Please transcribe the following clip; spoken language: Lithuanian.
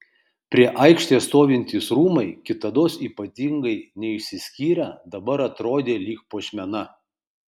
prie aikštės stovintys rūmai kitados ypatingai neišsiskyrę dabar atrodė lyg puošmena